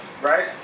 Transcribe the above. right